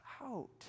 out